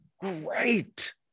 great